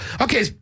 Okay